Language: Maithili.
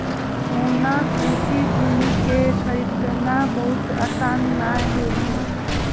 होना कृषि भूमि कॅ खरीदना बहुत आसान नाय होय छै